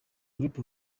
group